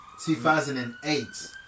2008